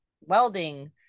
welding